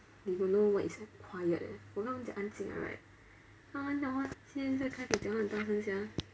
they don't know what is quiet leh 我刚刚讲安静 liao right 他们讲话今天在开会讲话很大声 sia